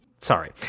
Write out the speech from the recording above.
Sorry